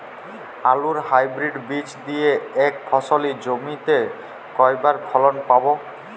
আলুর হাইব্রিড বীজ দিয়ে এক ফসলী জমিতে কয়বার ফলন পাব?